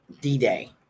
D-Day